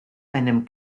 einem